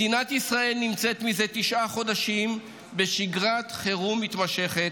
מדינת ישראל נמצאת זה תשעה חודשים בשגרת חירום מתמשכת,